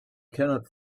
cannot